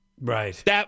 Right